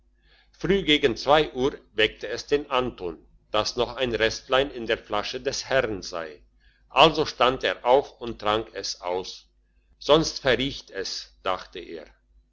früh gegen zwei uhr weckte es den anton dass noch ein restlein in der flasche des herrn sei also stand er auf und trank es aus sonst verriecht es dachte er